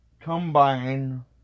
Combine